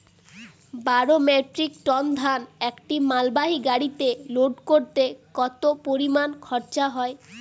বারো metric tonne ধান একটি মালবাহী গাড়িতে লোড করতে কতো পরিমাণ খরচা হয়?